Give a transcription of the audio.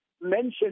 mentioned